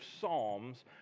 psalms